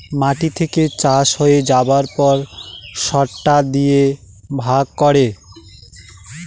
মাটি থেকে চাষ হয়ে যাবার পর সরটার দিয়ে ভাগ করে